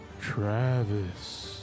travis